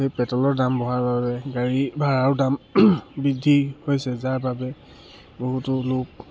সেই পেট্ৰলৰ দাম বঢ়াৰ বাবে গাড়ী ভাড়াও দাম বৃদ্ধি হৈছে যাৰ বাবে বহুতো লোক